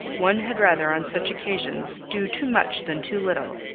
one had rather, on such occasions, do too much than too little.